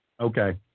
Okay